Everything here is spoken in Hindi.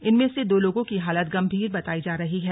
इनमें से दो लोगों की हालत गंभीर बताई जा रही है